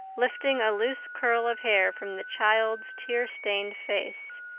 lifting a loose curl of hair from the child's tear-stained face.